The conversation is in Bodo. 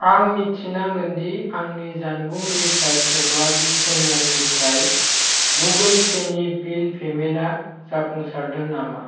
आं मिथिनांगोन दि आंनि जानबुं रिचार्ज एबा बिएसएनएलनिफ्राय गुगोल पेनि बिल पेमेन्टआ जाफुंसारदों नामा